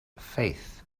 faith